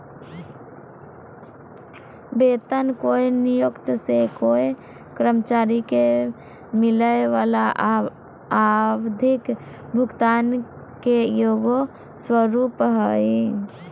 वेतन कोय नियोक्त से कोय कर्मचारी के मिलय वला आवधिक भुगतान के एगो स्वरूप हइ